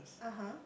(uh huh)